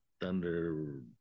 thunder